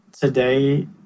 today